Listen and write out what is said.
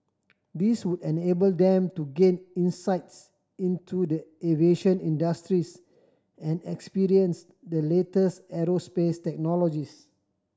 this would enable them to gain insights into the aviation industries and experience the latest aerospace technologies